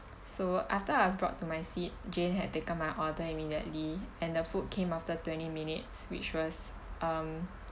so after I was brought to my seat jane had taken my order immediately and the food came after twenty minutes which was um